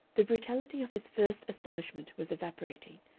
the brutality of his first astonishment was evaporating.